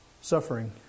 suffering